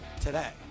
today